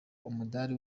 umudari